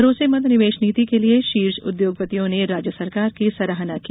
भरोसेमंद निवेश नीति के लिए शीर्ष उद्योगपतियों ने राज्य सरकार की सराहना की